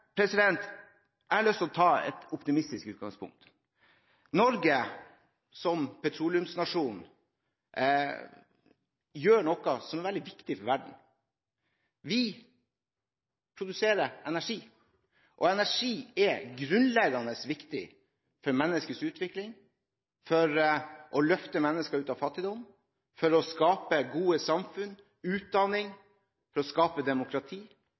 regjering. Jeg har lyst til å ta et optimistisk utgangspunkt. Norge som petroleumsnasjon gjør noe veldig viktig for verden. Vi produserer energi, og energi er grunnleggende viktig for menneskets utvikling. Den er viktig for å løfte mennesker ut av fattigdom, for å skape gode samfunn, for utdanning, for å skape demokrati